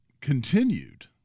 continued